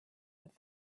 with